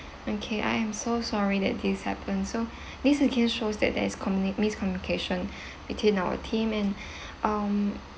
okay I am so sorry that this happened so this actually shows that there is commun~ miscommunication between our team and um